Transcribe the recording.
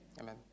Amen